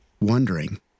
wondering